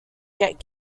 get